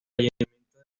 ayuntamiento